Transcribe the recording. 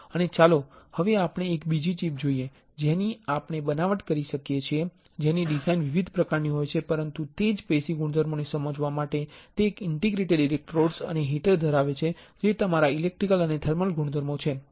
અને ચાલો હવે આપણે એક બીજી ચિપ જોઈએ જેની આપણે બનાવટ કરી શકીએ છીએ જેની ડિઝાઇન વિવિધ પ્રકારની હોય છે પરંતુ તે જ પેશી ગુણધર્મોને સમજવા માટે તે એક ઇંટરડિજિટેટેડ ઇલેક્ટ્રોડ્સ અને હીટર ધરાવે છે જે તમારા ઇલેક્ટ્રિકલ અને થર્મલ ગુણધર્મો છે